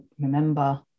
remember